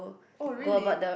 oh really